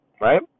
right